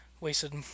wasted